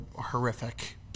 horrific